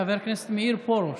חבר הכנסת מאיר פרוש.